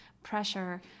pressure